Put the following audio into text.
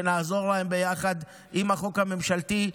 ונעזור להם ביחד עם החוק הממשלתי,